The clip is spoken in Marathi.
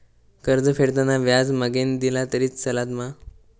कर्ज फेडताना व्याज मगेन दिला तरी चलात मा?